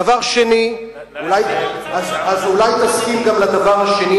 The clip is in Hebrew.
דבר שני, אני מסכים, אז אולי תסכים גם לדבר השני.